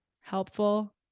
helpful